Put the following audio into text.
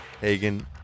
Hagen